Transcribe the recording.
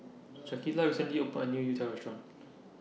Shaquita recently opened A New Youtiao Restaurant